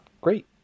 great